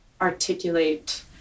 articulate